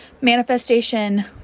manifestation